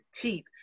teeth